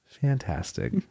fantastic